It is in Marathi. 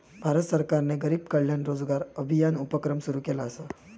भारत सरकारने गरीब कल्याण रोजगार अभियान उपक्रम सुरू केला असा